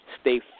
Stay